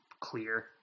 clear